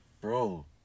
Bro